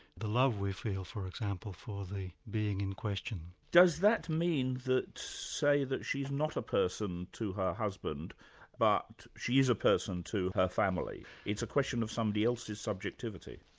the love we feel for example for the being in question. does that mean that, say, that she is not a person to her husband but she is a person to her family, it's a question of somebody else's subjectivity?